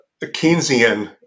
Keynesian